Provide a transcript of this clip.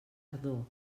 ardor